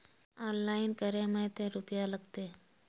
Online करे में ते रुपया लगते?